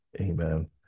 Amen